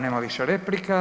Nema više replika.